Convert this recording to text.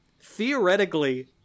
theoretically